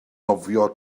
nofio